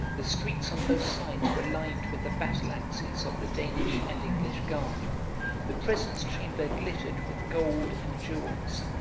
the streets on both sides were lined with the battle axes of the danish and english guard the presence-chamber glittered with gold and jewels,